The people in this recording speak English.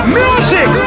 Music